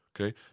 Okay